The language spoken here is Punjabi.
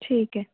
ਠੀਕ ਹੈ